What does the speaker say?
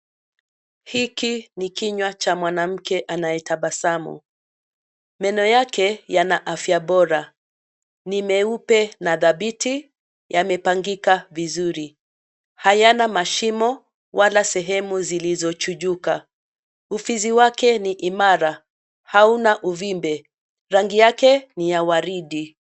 Hiki ni kinywa cha mwanamke anayetabasamu, meno yake yana afya bora, ni meupe na dhabiti, yamepangika vizuri, hayana mashimo, wala sehemu zilizochujuka, ufizi wake ni imara, hauna uvumbi, rangi yake ni ya waridi.